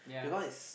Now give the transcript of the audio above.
because it's so